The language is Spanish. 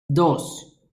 dos